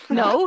no